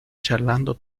charlando